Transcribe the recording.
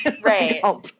Right